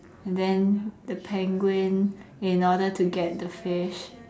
then the penguin in order to get the fish